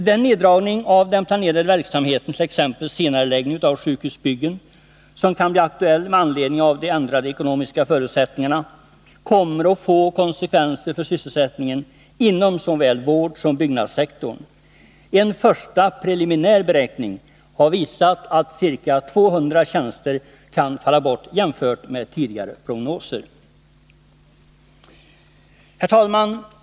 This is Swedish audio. Den neddragning av den planerade verksamheten, t.ex. senareläggning av sjukhusbyggen, som kan bli aktuell med anledning av de ändrade ekonomiska förutsättningarna kommer att få konsekvenser för sysselsättningen inom såväl vårdsom byggnadssektorn. En första preliminär beräkning har visat att ca 200 tjänster kan falla bort jämfört med tidigare prognoser. Herr talman!